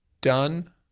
done